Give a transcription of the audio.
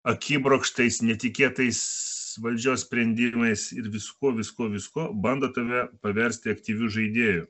akibrokštais netikėtais valdžios sprendimais ir viskuo viskuo viskuo bando tave paversti aktyviu žaidėju